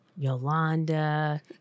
Yolanda